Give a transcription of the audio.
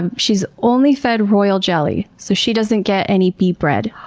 and she's only fed royal jelly. so she doesn't get any bee bread.